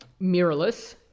mirrorless